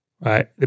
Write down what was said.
right